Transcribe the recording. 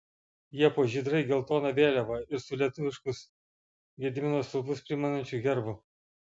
jie po žydrai geltona vėliava ir su lietuviškus gedimino stulpus primenančiu herbu